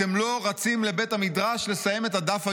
אתם לא רצים לבית המדרש לסיים את הדף היומי.